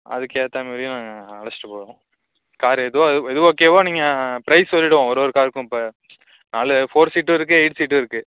அதுக்கேற்ற மாரி நாங்க அழைச்சிட்டு போவோம் கார் எதுவோ எது ஓகேவோ நீங்கள் பிரைஸ் சொல்லிவிடுவோம் ஒரு ஒரு காருக்கும் இப்போ நாலு ஃபோர் சீட்டும் இருக்கு எயிட் சீட்டும் இருக்கு